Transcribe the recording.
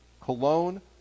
cologne